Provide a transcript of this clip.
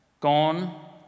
Gone